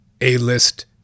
A-list